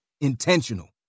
Intentional